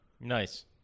Nice